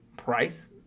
price